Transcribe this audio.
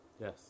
Yes